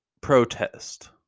protest